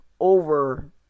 over